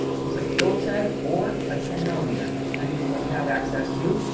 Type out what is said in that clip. looks like a phillips head or a ten millimeter, depending on what you have access to.